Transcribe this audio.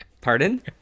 pardon